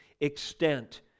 extent